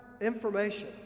information